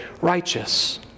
righteous